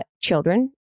children